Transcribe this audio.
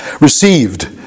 received